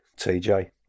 TJ